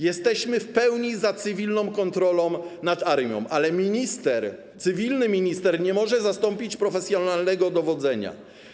Jesteśmy w pełni za cywilną kontrolą nad armią, ale minister, cywilny minister, nie może zastąpić profesjonalnego dowodzenia.